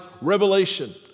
revelation